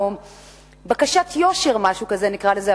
בקשת יושר נקרא לזה,